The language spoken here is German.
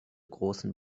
großen